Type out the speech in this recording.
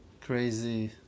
crazy